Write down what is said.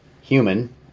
human